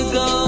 go